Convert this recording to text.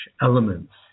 elements